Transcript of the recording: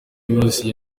uburusiya